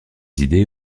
idées